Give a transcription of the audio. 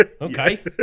okay